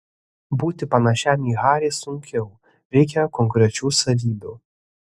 būti panašiam į harį sunkiau reikia konkrečių savybių